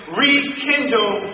rekindle